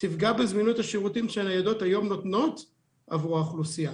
תפגע בזמינות השירותים שהניידות נותנות היום עבור האוכלוסייה.